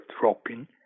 dropping